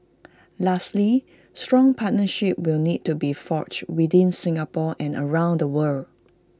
lastly strong partnerships will need to be forged within Singapore and around the world